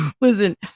Listen